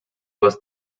was